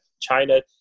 China